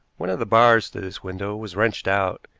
one of the bars to this window was wrenched out,